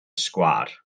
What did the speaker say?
sgwâr